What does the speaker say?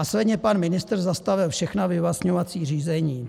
Následně pan ministr zastavil všechna vyvlastňovací řízení.